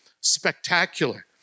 spectacular